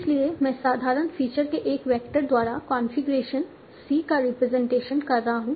इसलिए मैं साधारण फीचर के एक वेक्टर द्वारा कॉन्फ़िगरेशन c का रिप्रेजेंटेशन कर रहा हूं